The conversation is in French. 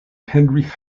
henry